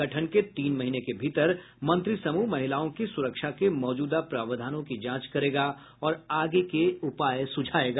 गठन के तीन महीने के भीतर मंत्रिसमूह महिलाओं की सुरक्षा के मौजूदा प्रावधानों की जांच करेगा और आगे के उपाय सुझाएगा